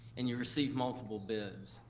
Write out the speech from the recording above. and you receive multiple bids,